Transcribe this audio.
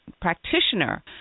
practitioner